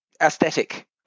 aesthetic